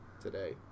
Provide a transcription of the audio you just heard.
today